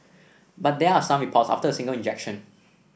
but there are some reports after a single injection